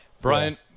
Brian